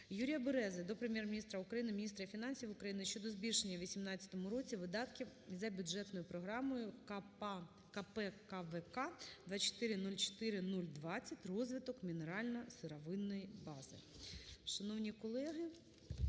Юрія Берези до Прем'єр-міністра України, міністра фінансів України щодо збільшення у 18-му році видатків за бюджетною програмою КПКВК 2404020 "Розвиток мінерально-сировинної бази".